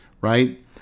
right